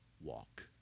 Walk